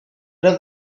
from